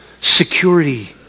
security